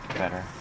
better